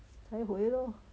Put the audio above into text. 才回